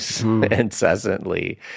incessantly